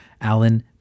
Alan